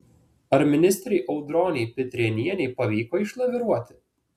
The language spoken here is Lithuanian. ar ministrei audronei pitrėnienei pavyko išlaviruoti